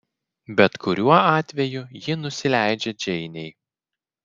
bet kuriuo atveju ji nusileidžia džeinei